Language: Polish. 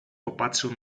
popatrzył